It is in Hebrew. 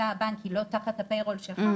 אתה הבנק היא לא תחת הפיי רול שלך,